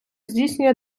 здійснює